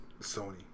Sony